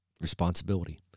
responsibility